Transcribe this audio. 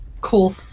cool